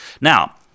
Now